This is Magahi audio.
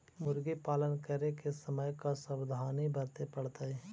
मुर्गी पालन करे के समय का सावधानी वर्तें पड़तई?